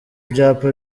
ibyapa